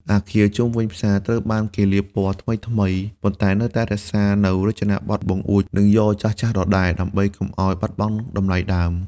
អគារជុំវិញផ្សារត្រូវបានគេលាបពណ៌ថ្មីៗ ប៉ុន្តែនៅតែរក្សានូវរចនាប័ទ្មបង្អួច និងយ៉រចាស់ៗដដែលដើម្បីកុំឱ្យបាត់បង់តម្លៃដើម។